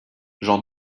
j’en